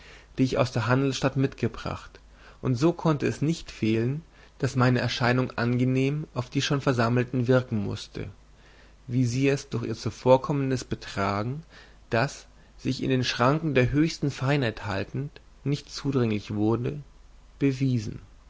die ich aus der handelsstadt mitgebracht und so konnte es nicht fehlen daß meine erscheinung angenehm auf die schon versammelten wirken mußte wie sie es durch ihr zuvorkommendes betragen das sich in den schranken der höchsten feinheit haltend nicht zudringlich wurde bewiesen